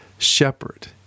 shepherd